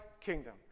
kingdom